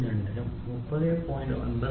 02 നും 39